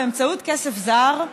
באמצעות כסף זר,